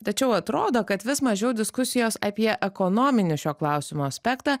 tačiau atrodo kad vis mažiau diskusijos apie ekonominį šio klausimo aspektą